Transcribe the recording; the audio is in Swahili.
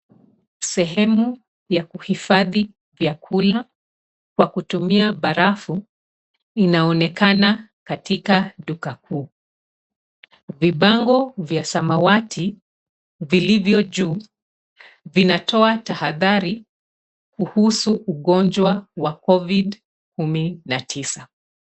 Sehemu ya uhifadhi vyakula kwa kutumia barafu inaonekana katika duka kuu. Vibango vya samawati vilivyotumiwa vinatoa tahadhari kuhusu ugonjwa wa COVID 19.